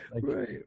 Right